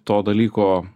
to dalyko